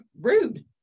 rude